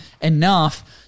Enough